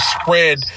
spread